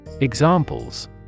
Examples